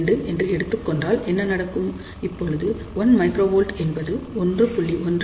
2 என்று எடுத்துக் கொண்டால் என்ன நடக்கும் இப்பொழுது 1 μV என்பது 1